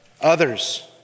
others